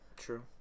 true